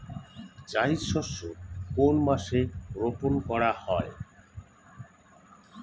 জায়িদ শস্য কোন মাসে রোপণ করা হয়?